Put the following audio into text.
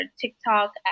TikTok